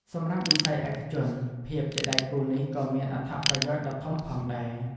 សម្រាប់វិស័យឯកជន ភាពជាដៃគូនេះក៏មានអត្ថប្រយោជន៍ដ៏ធំផងដែរ។